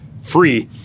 free